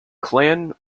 clan